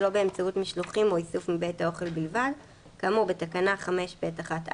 שלא באמצעות משלוחים או איסוף מבית האוכל בלבד כאמור בתקנה 5(ב)(1)(א),